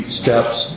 steps